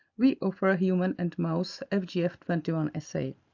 we offer ah human and mouse um fgf twenty one assay.